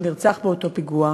שנרצח באותו פיגוע,